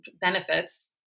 benefits